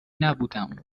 نبودم